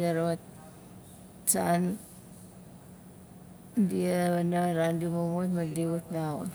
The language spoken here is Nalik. di wat san dia wana ran di mumut ma di wat laxur